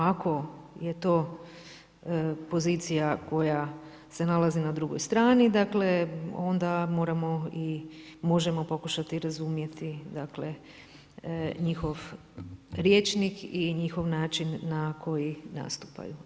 Ako je to pozicija koja se nalazi na drugoj strani, dakle, onda moramo i možemo pokušati razumjeti njihov rječnik i njihov način na koji nastupaju.